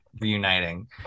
reuniting